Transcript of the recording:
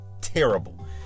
terrible